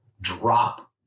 drop